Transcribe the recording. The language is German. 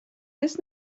bis